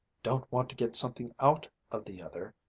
don't want to get something out of the other,